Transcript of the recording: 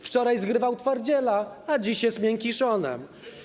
Wczoraj zgrywał twardziela, a dziś jest miękiszonem.